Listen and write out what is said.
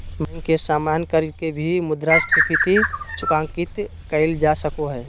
bank के सामान्य कर्ज के भी मुद्रास्फीति सूचकांकित कइल जा सको हइ